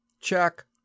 Check